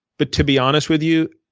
but to be honest with you,